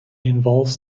involves